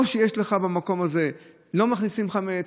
או אומר שבמקום הזה לא מכניסים חמץ,